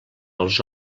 als